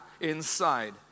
inside